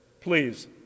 Please